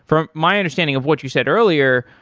from my understanding of what you said earlier,